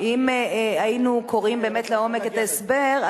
אם היינו קוראים באמת לעומק את ההסבר,